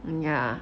ya